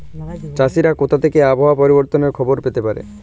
চাষিরা কোথা থেকে আবহাওয়া পরিবর্তনের খবর পেতে পারে?